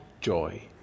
joy